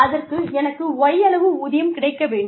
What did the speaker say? அதற்கு எனக்கு y அளவு ஊதியம் கிடைக்க வேண்டும்